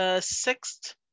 sixth